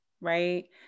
right